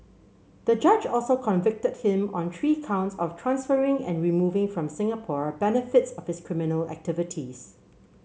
the judge also convicted him on three counts of transferring and removing from Singapore benefits of his criminal activities